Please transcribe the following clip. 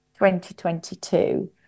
2022